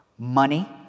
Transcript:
Money